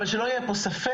אבל שלא יהיה פה ספק,